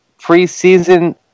preseason